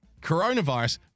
Coronavirus